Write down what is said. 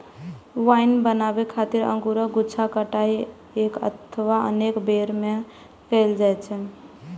wine बनाबै खातिर अंगूरक गुच्छाक कटाइ एक अथवा अनेक बेर मे कैल जाइ छै